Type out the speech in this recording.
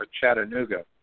Chattanooga